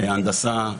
הנדסה,